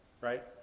Right